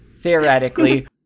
theoretically